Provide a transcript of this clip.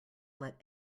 let